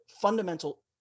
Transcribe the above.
fundamental